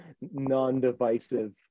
non-divisive